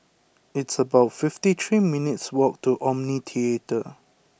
it's about fifty three minutes' walk to Omni Theatre